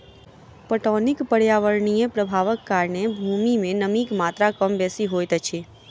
पटौनीक पर्यावरणीय प्रभावक कारणेँ भूमि मे नमीक मात्रा कम बेसी होइत अछि